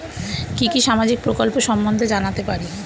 কি কি সামাজিক প্রকল্প সম্বন্ধে জানাতে পারি?